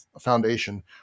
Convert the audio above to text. foundation